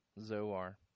Zoar